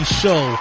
show